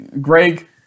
Greg